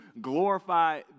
glorify